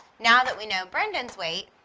now that we know brendon's weight,